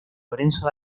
lorenzo